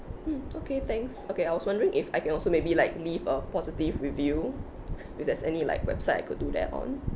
mm okay thanks okay I was wondering if I can also maybe like leave a positive review if there is any like website I could do that on